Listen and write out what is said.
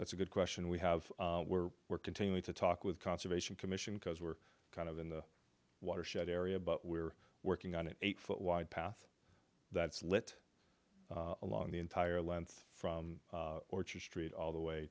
that's a good question we have we're we're continuing to talk with conservation commission because we're kind of in the watershed area but we're working on an eight foot wide path that's lit along the entire length from orchard street all the way